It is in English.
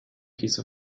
piece